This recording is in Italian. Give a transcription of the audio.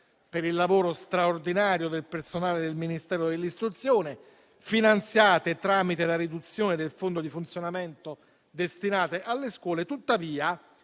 per il lavoro straordinario del personale del Ministero dell'istruzione e del merito finanziate tramite la riduzione del fondo di funzionamento destinato alle scuole; tuttavia,